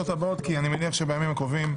הבאות כי אני מניח שבימים הקרובים